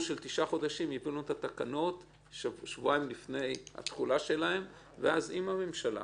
של תשעה חודשים הביאו לנו את התקנות שבועיים לפני תחולתן ואז עם הממשלה